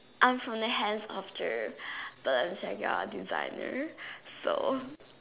I'm from the hands master and you're a designer so